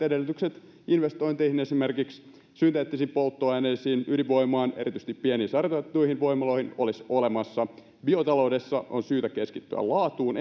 edellytykset investointeihin esimerkiksi synteettisiin polttoaineisiin ydinvoimaan erityisesti pieniin sarjatuotettuihin voimaloihin olisivat olemassa biotaloudessa on syytä keskittyä laatuun